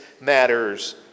matters